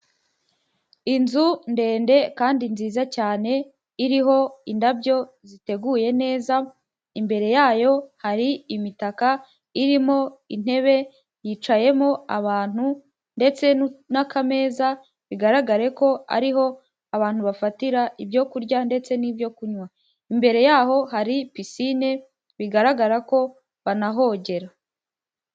Inzu ndende kandi nziza cyane, iriho indabyo ziteguye neza, imbere yayo hari imitaka irimo intebe, yicayemo abantu ndetse n'akameza, bigaragare ko ari aho abantu bafatira ibyo kurya ndetse n'ibyo kunywa, imbere yaho hari pisiine bigaragara ko banahogera.